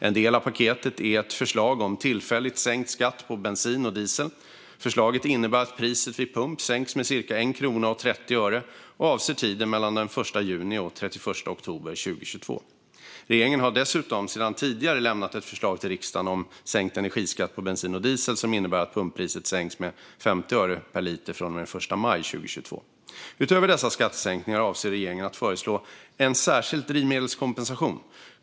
En del av paketet är ett förslag om tillfälligt sänkt skatt på bensin och diesel. Förslaget innebär att priset vid pump sänks med cirka 1 krona och 30 öre och avser tiden mellan den 1 juni och den 31 oktober 2022. Regeringen har dessutom sedan tidigare lämnat ett förslag till riksdagen om sänkt energiskatt på bensin och diesel som innebär att pumppriset sänks med 50 öre per liter från den 1 maj 2022. Utöver dessa skattesänkningar avser regeringen att föreslå en särskild drivmedelskompensation.